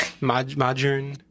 Modern